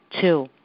Two